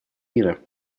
мира